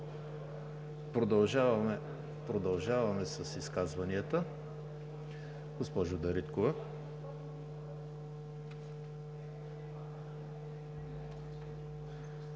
Продължаваме с изказванията. Госпожо Джафер,